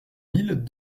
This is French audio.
mille